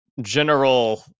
general